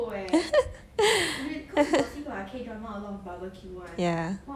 yeah